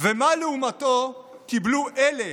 ומה לעומתו קיבלו אלו